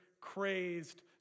crazed